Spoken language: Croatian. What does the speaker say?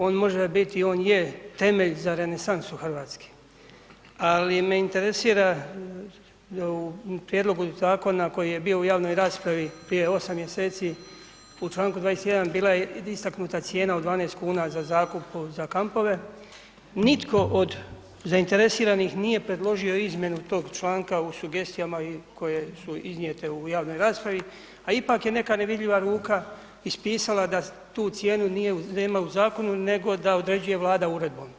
On može biti i on je temelj za renesansu Hrvatske ali me interesira u prijedlogu zakona koji je bio u javnoj raspravi prije 8 mj. u čl. 21. bila je istaknuta cijena u 12 kn za zakup za kampove, nitko od zainteresiranih nije predložio izmjenu tog članka u sugestijama i koje su iznijete u javnoj raspravi a ipak je neka nevidljiva ruka ispisala da tu cijenu nema u zakonu nego da određuje Vlada uredbom.